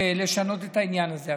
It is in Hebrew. לשנות את העניין הזה.